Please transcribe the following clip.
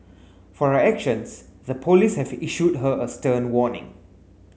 for her actions the police have issued her a stern warning